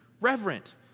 reverent